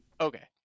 okay